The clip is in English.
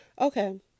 Okay